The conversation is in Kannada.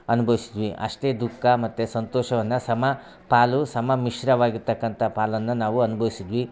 ಅನ್ಭವಿಸಿದ್ವಿ ಅಷ್ಟೇ ದುಃಖ ಮತ್ತು ಸಂತೋಷವನ್ನ ಸಮ ಪಾಲು ಸಮ ಮಿಶ್ರವಾಗಿರ್ತಕ್ಕಂಥ ಪಾಲನ್ನು ನಾವು ಅನ್ಭವಿಸಿದ್ವಿ